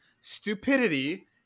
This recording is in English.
stupidity